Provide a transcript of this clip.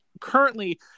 currently